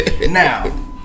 Now